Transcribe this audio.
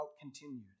continued